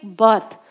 birth